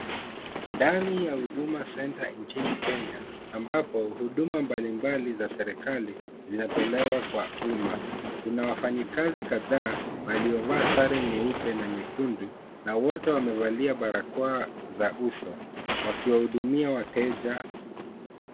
Ndani ya Huduma Center nchini Kenya, ambapo huduma mbalimbali za serikali zinatolewa kwa huma, kuna wafanyikazi kadhaa waliovaa sare nyeupe na nyekundu, na wote wamevalia barakoa za uso. Wakiwahudumia wateja.